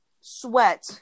sweat